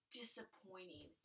disappointing